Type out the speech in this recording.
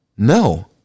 No